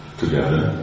together